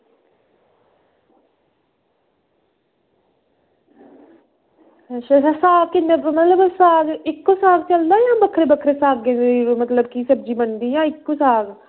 शगु्फ्ता आपक इद्धर साग मतलब इक्कै साग बनदा जां बक्खरें बक्खरें सागें दी सब्ज़ी बनदी ऐ जां इक्को साग